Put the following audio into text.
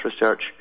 Research